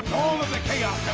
of the game's